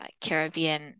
Caribbean